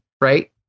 right